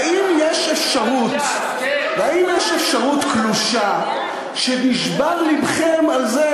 האם יש אפשרות קלושה שנשבר לבכם על זה